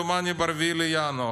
דומני ב-4 בינואר,